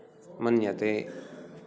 मन्यते